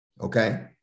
Okay